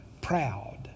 proud